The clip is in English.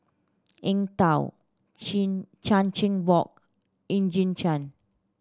Eng Tow Chin Chan Chin Bock Eugene Chen